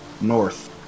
north